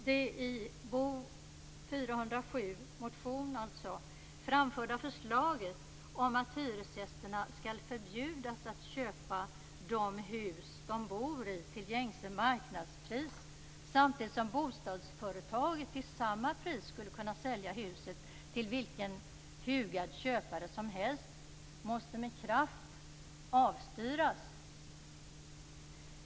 Det i motion Bo407 framförda förslaget om att hyresgästerna skall förbjudas att köpa de hus som de bor i till gängse marknadspris samtidigt som bostadsföretaget till samma pris skulle kunna sälja huset till vilken hugad köpare som helst måste med kraft avstyras.